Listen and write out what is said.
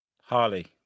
Harley